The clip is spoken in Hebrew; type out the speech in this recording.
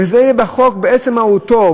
וזה יהיה בחוק, מעצם מהותו.